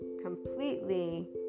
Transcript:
completely